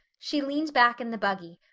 she leaned back in the buggy,